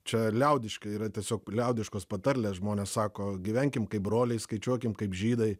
čia liaudiškai yra tiesiog liaudiškos patarlės žmonės sako gyvenkim kaip broliai skaičiuokim kaip žydai